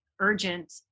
urgent